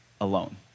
alone